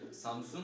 Samsung